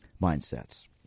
mindsets